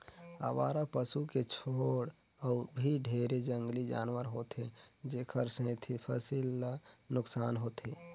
अवारा पसू के छोड़ अउ भी ढेरे जंगली जानवर होथे जेखर सेंथी फसिल ल नुकसान होथे